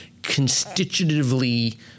constitutively